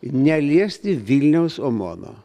neliesti vilniaus omono